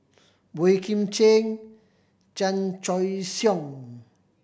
Boey Kim Cheng Chan Choy Siong